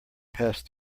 past